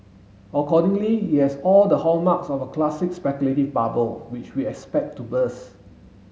accordingly it has all the hallmarks of a classic speculative bubble which we expect to burst